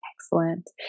Excellent